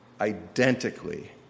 identically